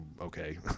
okay